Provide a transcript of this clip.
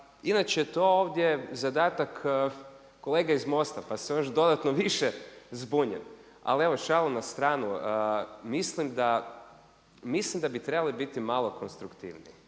inače je to ovdje zadatak kolega iz MOST-a pa sam još dodatno više zbunjen. Ali evo šalu na stranu, mislim da bi trebali biti malo konstruktivniji